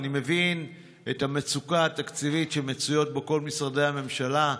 אני מבין את המצוקה התקציבית שמצויים בה כל משרדי הממשלה,